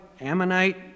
Ammonite